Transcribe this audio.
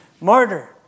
martyr